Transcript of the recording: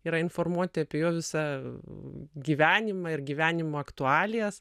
yra informuoti apie jo visą gyvenimą ir gyvenimo aktualijas